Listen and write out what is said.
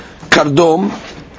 kardom